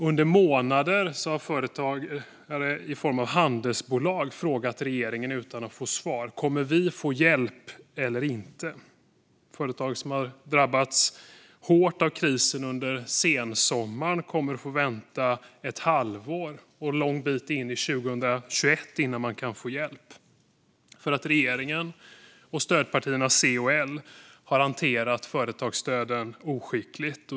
Under månader har företag i form av handelsbolag frågat regeringen utan att få svar: Kommer vi att få hjälp eller inte? Företag som har drabbats hårt av krisen under sensommaren kommer att få vänta ett halvår och en lång bit in på 2021 innan de kan få hjälp för att regeringen och stödpartierna C och L har hanterat företagsstöden oskickligt.